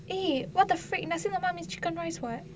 eh what the freak nasi lemak means chicken rice [what]